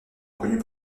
reconnu